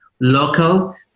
local